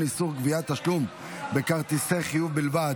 איסור גביית תשלום בכרטיסי חיוב בלבד),